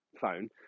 phone